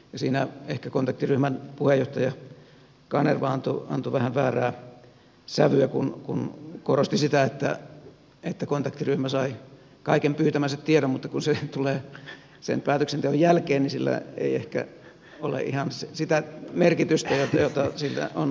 siinä ehkä kontaktiryhmän puheenjohtaja kanerva antoi vähän väärää sävyä kun korosti sitä että kontaktiryhmä sai kaiken pyytämänsä tiedon mutta kun se tulee sen päätöksenteon jälkeen niin sillä ei ehkä ole ihan sitä merkitystä jota siltä on haettu